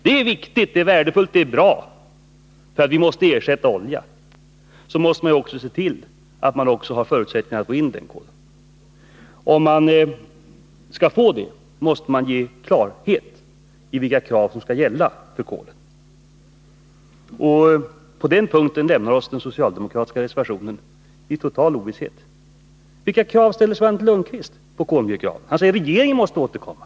Det är viktigt, värdefullt och bra, : för vi måste ersätta oljan. Då måste man också se till att vi har förutsättningar att få in det kolet. Skall vi få det måste det ges klarhet i vilka krav som skall gälla för kolet. På den punkten lämnar oss den socialdemokratiska reservationen i total ovisshet. Vilka krav ställer Svante Lundkvist på kolet? Han säger att regeringen måste återkomma.